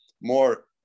more